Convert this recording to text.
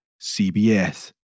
cbs